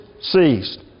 ceased